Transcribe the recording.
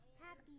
Happy